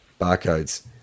barcodes